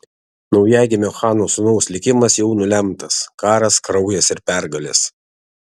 naujagimio chano sūnaus likimas jau nulemtas karas kraujas ir pergalės